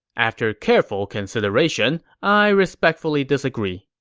after careful consideration, i respectfully disagree.